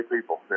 people